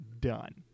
done